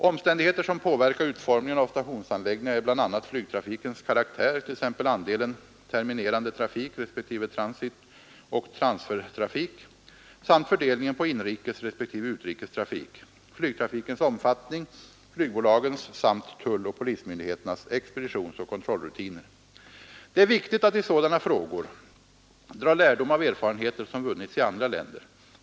Omständigheter som påverkar utformningen av stationsanläggningar är bl.a. flygtrafikens karaktär — t.ex. andelen terminerande trafik respektive transitoch transfertrafik samt fördelningen på inrikes respektive utrikes trafik — flygtrafikens omfattning, flygbolagens samt tulloch polismyndigheternas expeditionsoch kontrollrutiner. Det är viktigt att i sådana frågor dra lärdom av erfarenheter som vunnits i andra länder.